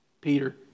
Peter